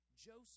Joseph